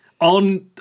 On